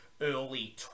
early